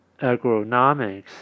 agronomics